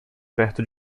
perto